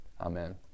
amen